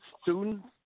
students